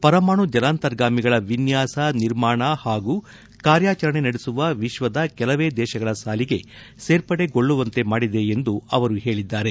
ಪರಮಾಣು ಜಲಂತರ್ಗಾಮಿಗಳ ವಿನ್ಲಾಸ ನಿರ್ಮಾಣ ಹಾಗೂ ಕಾರ್ಯಾಚರಣೆ ನಡೆಸುವ ವಿಶ್ವದ ಕೆಲವೇ ದೇಶಗಳ ಸಾಲಿಗೆ ಸೇರ್ಪಡೆಗೊಳ್ಳುವಂತಾಗಿದೆ ಎಂದು ತಿಳಿಸಿದ್ದಾರೆ